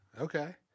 Okay